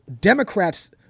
Democrats